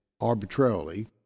arbitrarily